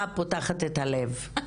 השפה פותחת את הלבבות.